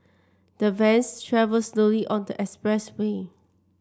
the vans travelled slowly on the expressway